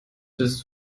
bist